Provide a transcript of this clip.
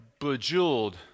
bejeweled